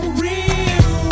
real